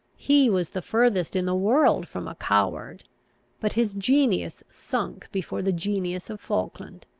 he was the furthest in the world from a coward but his genius sunk before the genius of falkland.